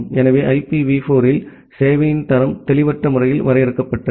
எனவே IPv4 இல் சேவையின் தரம் தெளிவற்ற முறையில் வரையறுக்கப்பட்டது